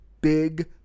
big